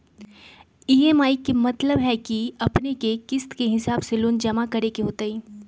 EMI के मतलब है कि अपने के किस्त के हिसाब से लोन जमा करे के होतेई?